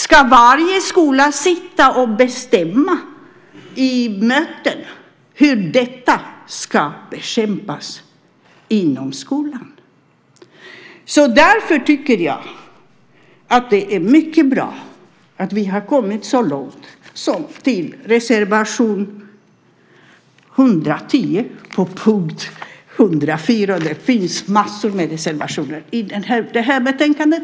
Ska varje skola sitta i möten och bestämma hur detta ska bekämpas inom skolan? Därför tycker jag att det är mycket bra att vi har kommit så långt som till reservation 110 under punkt 104. Det finns massor av reservationer i det här betänkandet.